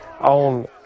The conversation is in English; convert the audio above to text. on